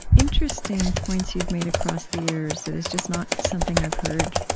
interesting points you've made across the years that is just not something i've heard